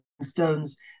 Stones